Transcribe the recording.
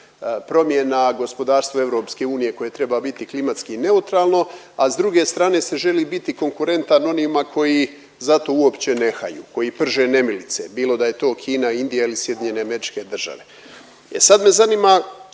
promjena, gospodarstvo EU koje treba biti klimatski neutralno, a s druge strane se želi biti konkurentan onima koji za to uopće ne haju, koji prže nemilice, bilo da je to Kina, Indija ili SAD. E sad me zanima,